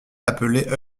l’appeler